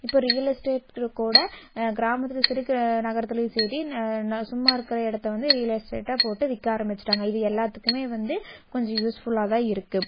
இப்போ ரியல் எஸ்டேட்டில் கூட கிராமத்திலையும் சரி நகரத்துலையும் சரி சும்மா இருக்கிற இடத்தை வந்து ரியல் எஸ்டேட்டாக போட்டு விற்க ஆரமிச்சுட்டாங்க இது எல்லாத்துக்குமே வந்து கொஞ்சம் யூஸ் ஃபுல்லாக தான் இருக்குது